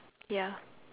ya